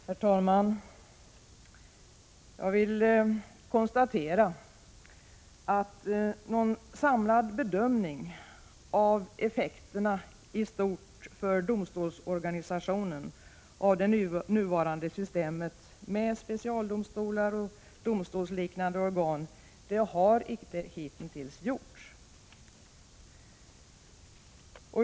Herr talman! Jag konstaterar att någon samlad bedömning av effekterna i stort för domstolsorganisationen av det nuvarande systemet med specialdomstolar och domstolsliknande organ hittills inte gjorts.